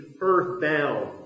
earthbound